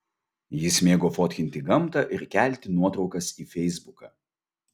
jis mėgo fotkinti gamtą ir kelti nuotraukas į feisbuką